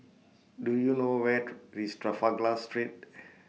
Do YOU know Where IS Street